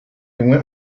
went